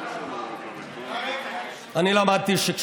עוד מעט, תכתוב ספר בבית.